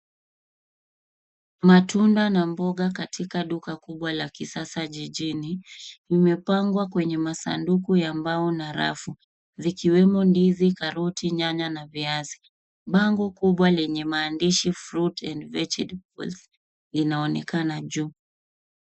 Matunda na mboga katika duka kubwa la kisasa jijini. Imepangwa kwenye masanduku ya mbao na rafu zikiwemo ndizi, karoti, nyanya na viazi. Bango kubwa lenye maandishi, fruits and vegetables ,linaonekana juu.